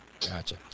gotcha